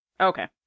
Okay